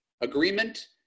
Agreement